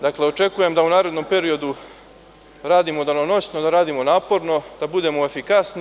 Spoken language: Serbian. Dakle, očekujem da u narednom periodu radimo danonoćno, da radimo naporno, da budemo efikasni.